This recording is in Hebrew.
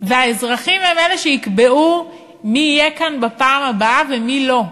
והאזרחים הם אלה שיקבעו מי יהיה כאן בפעם הבאה ומי לא.